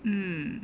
mm